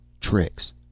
tricks